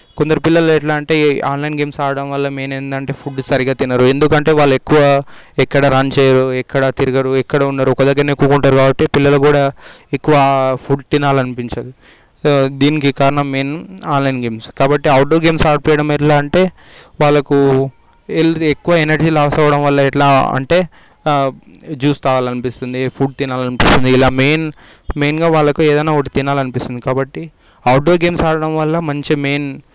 కొందరు పిల్లలు ఎట్లా అంటే ఆన్లైన్ గేమ్స్ ఆడడం వల్ల మెయిన్ ఏంటంటే ఫుడ్ సరిగ్గా తినరు ఎందుకంటే వాళ్ళు ఎక్కువ ఎక్కడ రన్ చేయరు ఎక్కడ తిరగడు ఎక్కడ ఉండరు ఒక దగ్గరే కూర్చుంటారు కాబట్టి పిల్లలు కూడా ఎక్కువ ఫుడ్ తినాలనిపించదు దీనికి కారణం అయిన ఆన్లైన్ గేమ్స్ కాబట్టి అవుట్డోర్ గేమ్స్ ఆడిపీయడం ఎట్లా అంటే వాళ్లకు హెల్ ఎక్కువ ఎనర్జీ లాస్ అవ్వడం వల్ల ఎట్లా అంటే జ్యూస్ తాగాలి అనిపిస్తుంది ఫుడ్డు తినాలి అనిపిస్తుంది ఇలా మెయిన్ మెయిన్గా వాళ్లకు ఏదైనా ఒకటి తినాలనిపిస్తుంది కాబట్టి అవుట్డోర్ గేమ్స్ ఆడటం వల్ల మంచిగా మెయిన్